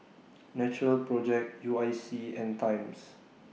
Natural Project U I C and Times